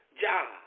job